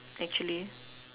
actually